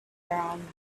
around